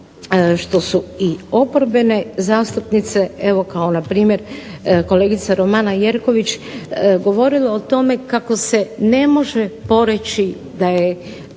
što su i oporbene zastupnice evo kao npr. kolegica Romana Jerković govorile o tome kako se ne može poreći da je